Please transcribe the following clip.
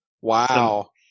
Wow